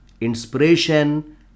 inspiration